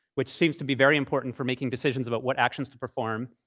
which seems to be very important for making decisions about what actions to perform.